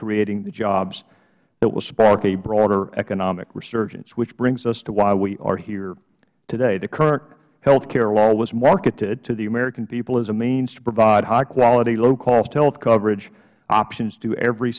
creating the jobs that will spark a broader economic resurgence which brings us to why we are here today the current health care law was marketed to the american people as a means to provide high quality low cost health coverage options to every